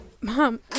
Mom